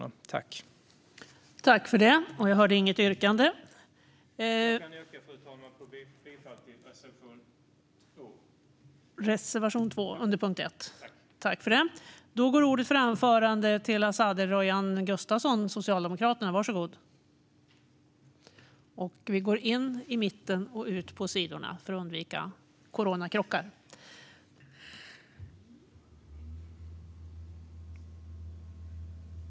Jag yrkar bifall till reservation 2.